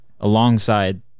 alongside